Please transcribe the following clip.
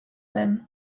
zen